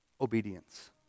obedience